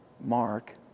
Mark